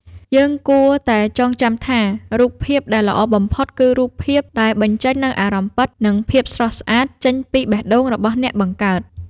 យើងគួរតែចងចាំថា រូបភាពដែលល្អបំផុតគឺរូបភាពដែលបញ្ចេញនូវអារម្មណ៍ពិត និងភាពស្រស់ស្អាតចេញពីបេះដូងរបស់អ្នកបង្កើត។